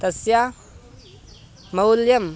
तस्य मौल्यं